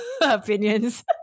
opinions